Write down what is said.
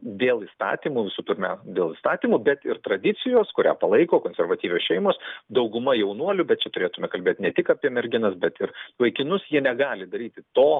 dėl įstatymų visų pirme dėl įstatymų bet ir tradicijos kurią palaiko konservatyvios šeimos dauguma jaunuolių bet čia turėtume kalbėt ne tik apie merginas bet ir vaikinus jie negali daryti to